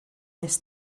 nes